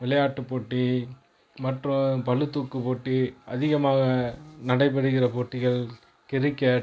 விளையாட்டு போட்டி மற்றும் பழுத்தூக்கு போட்டி அதிகமாக நடைபெறுகின்ற போட்டிகள் கிரிக்கெட்